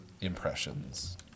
impressions